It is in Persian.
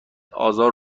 آزار